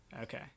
Okay